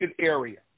area